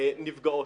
נפגעות.